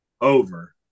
over